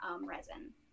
resin